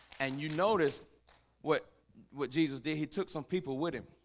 and you notice what what jesus did he took some people with him